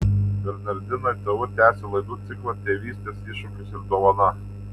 bernardinai tv tęsia laidų ciklą tėvystės iššūkis ir dovana